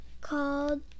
called